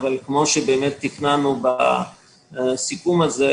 אבל כמו שבאמת תכננו בסיכום הזה,